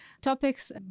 topics